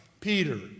Peter